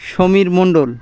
Samir Mondal